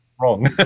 wrong